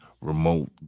remote